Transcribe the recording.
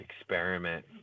experiment